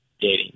dating